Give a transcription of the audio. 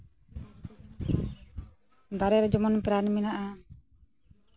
ᱫᱟᱨᱮ ᱨᱮ ᱡᱮᱢᱚᱱ ᱯᱨᱟᱱ ᱢᱮᱱᱟᱜᱼᱟ